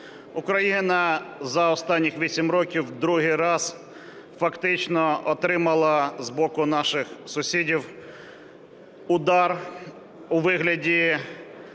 Україна за останні 8 років другий раз фактично отримала з боку наших сусідів удар у вигляді